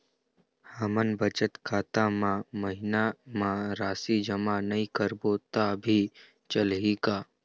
हमन बचत खाता मा महीना मा राशि जमा नई करबो तब भी चलही का?